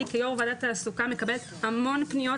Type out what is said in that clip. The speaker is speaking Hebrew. אני כיו"ר ועדת תעסוקה מקבלת המון פניות